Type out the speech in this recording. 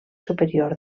superior